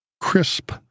crisp